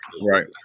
right